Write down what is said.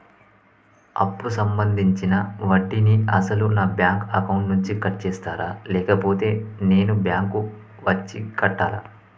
అప్పు సంబంధించిన వడ్డీని అసలు నా బ్యాంక్ అకౌంట్ నుంచి కట్ చేస్తారా లేకపోతే నేను బ్యాంకు వచ్చి కట్టాలా?